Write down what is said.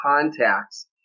contacts